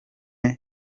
igihe